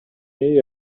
jej